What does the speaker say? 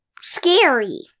scary